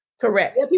Correct